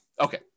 Okay